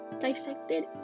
Dissected